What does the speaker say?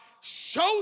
shows